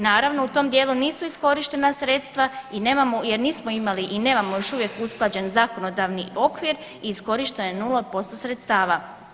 Naravno u tom dijelu nisu iskorištena sredstva i nemamo, jer nismo imali i nemamo još uvijek usklađen zakonodavni okvir i iskorišteno je 0% sredstava.